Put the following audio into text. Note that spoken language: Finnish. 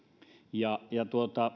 ja ja